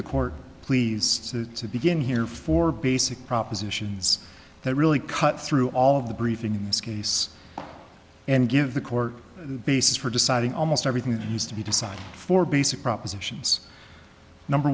the court please to begin here for basic propositions that really cut through all of the briefing in this case and give the court the basis for deciding almost everything that used to be decided for basic propositions number